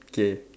K